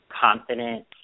Confident